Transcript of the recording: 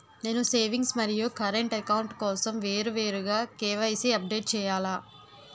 నేను సేవింగ్స్ మరియు current account కోసం వేరువేరుగా కే.వై.సీ అప్డేట్ చేయాలా?